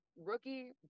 rookie